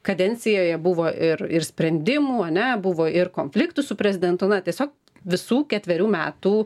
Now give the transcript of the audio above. kadencijoje buvo ir ir sprendimų ar ne buvo ir konfliktų su prezidentūra tiesiog visų ketverių metų